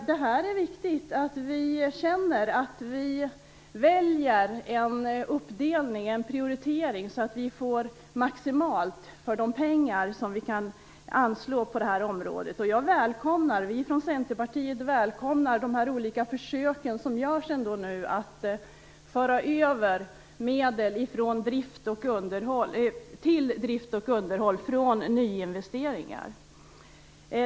Det är viktigt att vi känner att vi väljer en uppdelning, en prioritering, så att vi får ut maximalt för de pengar som vi anslår på det här området. Vi från Centerpartiet välkomnar de olika försök som görs för att föra över medel från nyinvesteringar till drift och underhåll.